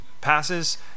passes